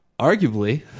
Arguably